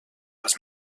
als